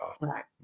Right